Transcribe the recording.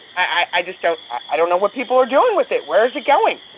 i just don't i don't know what people are doing with it. where is it going?